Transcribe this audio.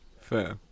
Fair